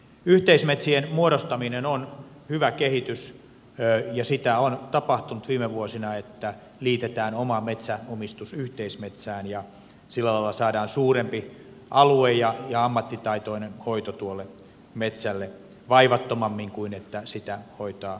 yhteismetsien muodostaminen on hyvä kehitys ja sitä on tapahtunut viime vuosina että liitetään oma metsäomistus yhteismetsään ja sillä lailla saadaan suurempi alue ja ammattitaitoinen hoito tuolle metsälle vaivattomammin kuin että sitä hoitaa itse